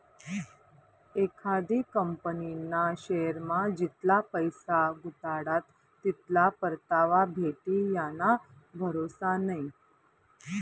एखादी कंपनीना शेअरमा जितला पैसा गुताडात तितला परतावा भेटी याना भरोसा नै